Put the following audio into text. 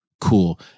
Cool